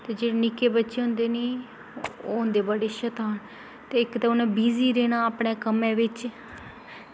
ते जेह्ड़े निक्के बच्चे होंदे नी ओह् होंदे बड़े शैतान ते इक्क उ'नें बिज़ी रौह्ना अपने कम्मा बिच्च